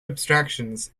abstractions